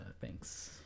thanks